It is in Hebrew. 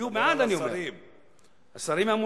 הם יצביעו בעד, מדובר על השרים.